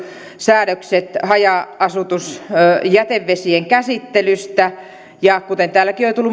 säädökset haja asutusjätevesien käsittelystä ja kuten täälläkin on tullut jo